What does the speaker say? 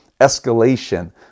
escalation